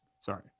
Sorry